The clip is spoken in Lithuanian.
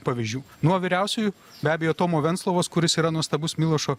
pavyzdžių nuo vyriausiųjų be abejo tomo venclovos kuris yra nuostabus milošo